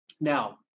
Now